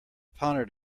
pondered